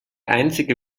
einzige